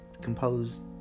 composed